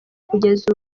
kugeza